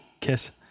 kiss